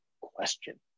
question